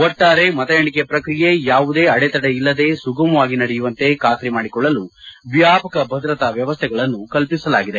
ಒಟ್ಸಾರೆ ಮತ ಎಣಿಕೆ ಪ್ರಕ್ರಿಯೆ ಯಾವುದೇ ಅಡೆತಡೆ ಇಲ್ಲದೆ ಸುಗಮವಾಗಿ ನಡೆಯುವಂತೆ ಖಾತರಿ ಮಾಡಿಕೊಳ್ಳಲು ವ್ಯಾಪಕ ಭದ್ರತಾ ವ್ಯವಸ್ಲೆಗಳನ್ನು ಕಲ್ಪಿಸಲಾಗಿದೆ